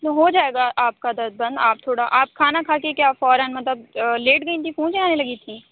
تو ہو جائے گا آپ کا درد بند آپ تھوڑا آپ کھانا کھا کے کیا فوراً مطلب لیٹ گئی تھیں جانے لگی تھیں اونگیں آنے لگی تھی